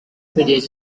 village